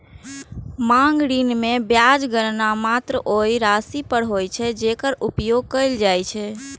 मांग ऋण मे ब्याजक गणना मात्र ओइ राशि पर होइ छै, जेकर उपयोग कैल जाइ छै